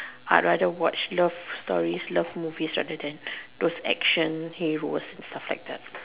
I rather watch love love stories love movies rather than those action heroes stuff like that